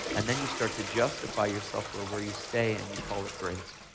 and then you start to justify yourself for where you stay and you call it grace.